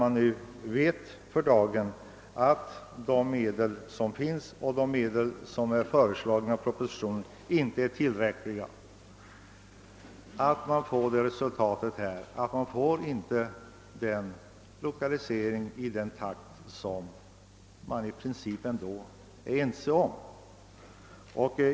Man vet att de medel som finns jämte de som är föreslagna i propositionen inte är tillräckliga. Då får man inte lokaliseringen genomförd i den takt som man i princip ändå är ense om.